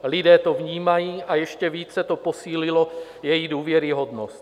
Lidé to vnímají a ještě více to posílilo její důvěryhodnost.